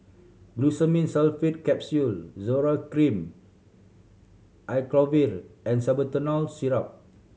Glucosamine Sulfate Capsule Zoral Cream Acyclovir and Salbutamol Syrup